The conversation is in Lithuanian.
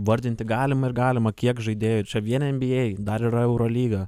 vardinti galima ir galima kiek žaidėjų čia vien en by ei dar yra eurolyga